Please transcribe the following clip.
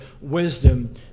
wisdom